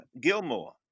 Gilmore